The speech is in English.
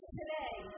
today